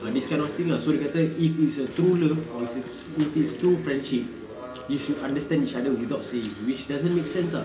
ah this kind of thing ah so dia kata if it's a true love or if it's true friendship if you understand each other without saying which doesn't makes sense ah